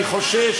האנשים, אני חושש,